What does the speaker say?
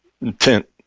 intent